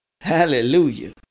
Hallelujah